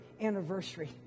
anniversary